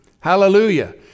Hallelujah